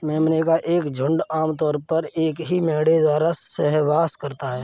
मेमने का एक झुंड आम तौर पर एक ही मेढ़े द्वारा सहवास करता है